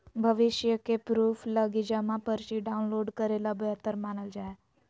भविष्य के प्रूफ लगी जमा पर्ची डाउनलोड करे ल बेहतर मानल जा हय